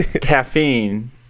caffeine